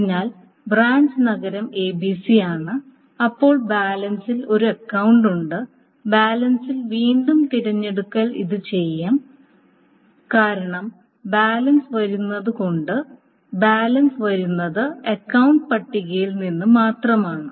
അതിനാൽ ബ്രാഞ്ച് നഗരം ABC ആണ് അപ്പോൾ ബാലൻസിൽ ഒരു അക്കൌണ്ട് ഉണ്ട് ബാലൻസിൽ വീണ്ടും തിരഞ്ഞെടുക്കൽ ഇത് ചെയ്യാം കാരണം ബാലൻസ് വരുന്നത് അക്കൌണ്ട് പട്ടികയിൽ നിന്ന് മാത്രമാണ്